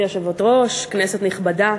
גברתי היושבת-ראש, כנסת נכבדה,